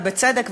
ובצדק,